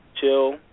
chill